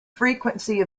frequency